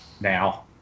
Now